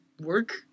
work